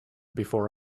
before